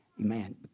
Amen